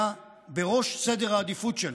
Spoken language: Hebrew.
היה בראש סדר העדיפויות שלו.